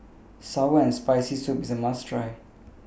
Sour and Spicy Soup IS A must Try